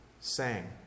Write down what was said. sang